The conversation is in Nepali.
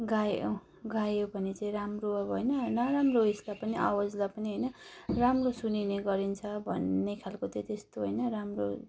गायो गायो भने चाहिँ राम्रो अब होइन नराम्रो उयसलाई पनि आवाजलाई पनि होइन राम्रो सुनिने गरिन्छ भन्ने खालको चाहिँ त्यस्तो होइन राम्रो